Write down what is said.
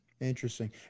Interesting